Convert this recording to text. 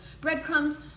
breadcrumbs